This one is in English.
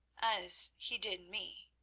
as he did me.